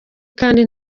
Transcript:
kandi